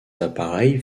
appareils